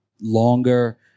longer